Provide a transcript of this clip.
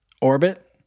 orbit